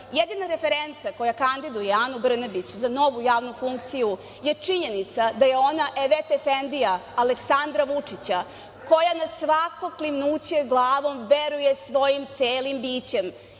referenca koja kandiduje Anu Brnabić za novu javnu funkciju je činjenica da je ona evet efendija Aleksandra Vučića, koja na svako klimnuće glavom veruje svojim celim bićem